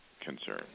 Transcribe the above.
concern